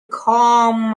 calm